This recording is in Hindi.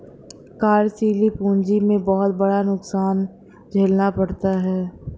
कार्यशील पूंजी में बहुत बड़ा नुकसान झेलना पड़ता है